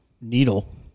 needle